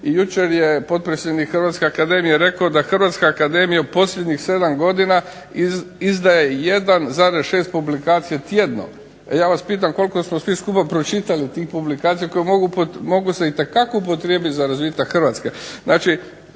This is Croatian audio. i jučer je potpredsjednik Hrvatske akademije rekao da Hrvatska akademija u posljednjih 7 godina izdaje 1,6 publikacija tjedno, a ja vas pitam koliko smo svi skupa pročitali tih publikacija koji se itekako mogu upotrijebiti za razvitak Hrvatske.